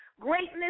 greatness